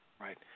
Right